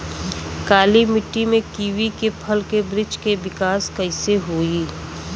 काली मिट्टी में कीवी के फल के बृछ के विकास कइसे होई?